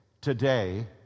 today